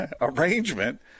arrangement